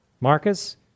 Marcus